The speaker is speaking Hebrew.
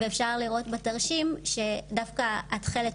אפשר לראות בתרשים שדווקא התכלת,